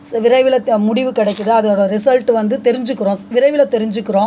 ஸ் விரைவில் த முடிவு கிடைக்குது அதோடய ரிசல்ட்டு வந்து தெரிஞ்சுக்கிறோம் ஸ் விரைவில் தெரிஞ்சுக்கிறோம்